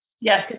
Yes